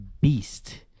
beast